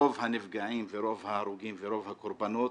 רוב הנפגעים ורוב ההרוגים ורוב הקורבנות,